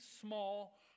small